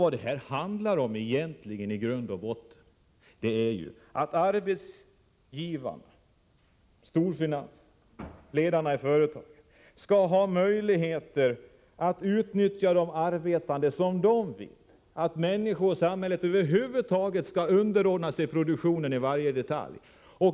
Vad det här handlar om i grund och botten är ju att arbetsgivarna — storfinansen, ledarna i företagen — skall ha möjlighet att utnyttja de arbetande som de vill, att människorna i samhället över huvud taget skall 53 underordna sig produktionen i varje del.